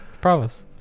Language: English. promise